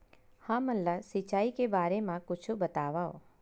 हमन ला सिंचाई के बारे मा कुछु बतावव?